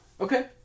okay